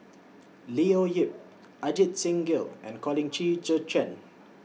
Leo Yip Ajit Singh Gill and Colin Qi Zhe Quan